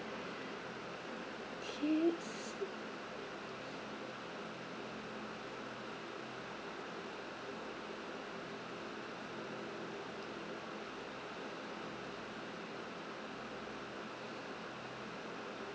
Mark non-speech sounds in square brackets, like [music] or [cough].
[breath] okay s~